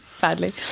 badly